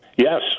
Yes